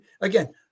again